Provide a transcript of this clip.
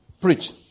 Preach